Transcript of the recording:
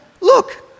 Look